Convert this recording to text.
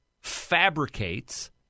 fabricates